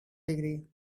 degree